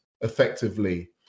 effectively